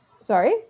Sorry